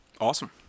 Awesome